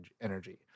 energy